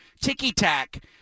ticky-tack